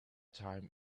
time